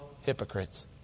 hypocrites